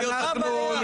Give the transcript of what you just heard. מה הבעיה?